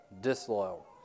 disloyal